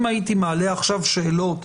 אם הייתי מעלה עכשיו שאלות,